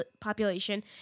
population